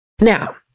Now